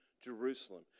Jerusalem